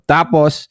Tapos